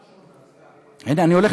המעונות,